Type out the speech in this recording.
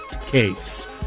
case